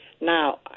Now